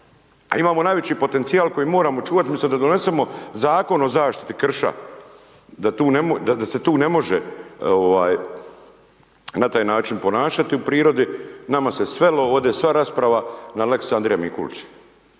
A imamo najveći potencijal koji moramo čuvati, umjesto da donesemo zakon o zaštiti krša, da se tu ne može na taj način ponašati u prirodi, nama sve svelo ovdje sva rasprava na lex Andrija Mikulić,